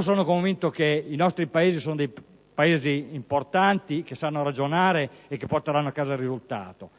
Sono convinto che i nostri Paesi siano importanti, che sanno ragionare e che porteranno a casa il risultato;